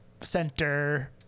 center